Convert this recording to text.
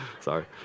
Sorry